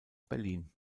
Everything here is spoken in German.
berlin